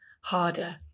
harder